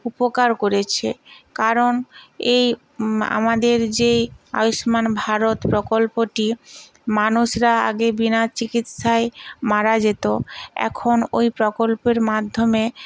উপকার করেছে কারণ এই আমাদের যে এই আয়ুস্মান ভারত প্রকল্পটি মানুষরা আগে বিনা চিকিৎসায় মারা যেত এখন ওই প্রকল্পের মাধ্যমে